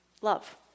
love